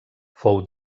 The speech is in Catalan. fou